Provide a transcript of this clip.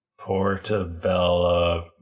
portabella